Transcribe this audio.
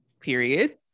period